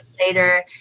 later